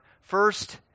first